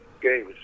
games